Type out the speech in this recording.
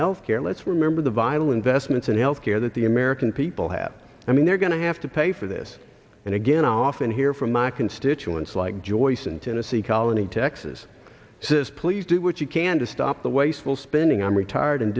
health care let's remember the violin vestments and health care that the american people have i mean they're going to have to pay for this and again i often hear from my constituents like joyce in tennessee colony texas says please do what you can to stop the wasteful spending i'm retired and